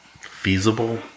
feasible